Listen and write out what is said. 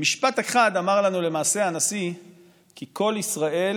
במשפט אחד הנשיא אמר לנו למעשה כי כל ישראל